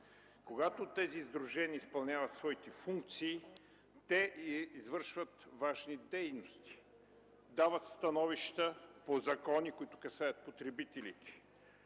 Когато тези сдружения изпълняват своите функции, те извършват важни дейности – дават становища по закони, които касаят потребителите,